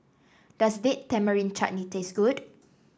does Date Tamarind Chutney taste good